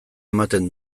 ematen